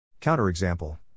Counter-example